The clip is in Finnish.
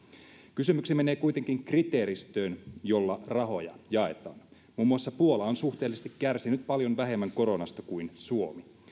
kysymykseni menee kuitenkin kriteeristöön jolla rahoja jaetaan muun muassa puola on suhteellisesti kärsinyt paljon vähemmän koronasta kuin suomi